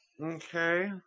Okay